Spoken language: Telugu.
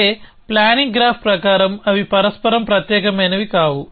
అంటే ప్లానింగ్ గ్రాఫ్ ప్రకారం అవి పరస్పరం ప్రత్యేకమైనవి కావు